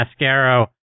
Mascaro